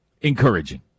encouraging